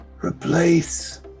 Replace